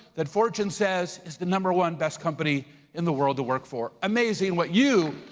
that fortune says is the number one best company in the world to work for. amazing what you,